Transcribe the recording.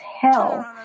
hell